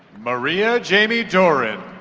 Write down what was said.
maria jaime duran.